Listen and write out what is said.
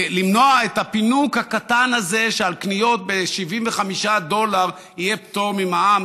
למנוע את הפינוק הקטן הזה שעל קניות ב-75 דולר יהיה פטור ממע"מ?